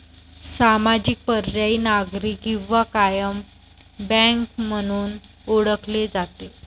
सामाजिक, पर्यायी, नागरी किंवा कायम बँक म्हणून ओळखले जाते